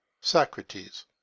Socrates